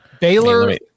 Baylor –